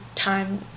Time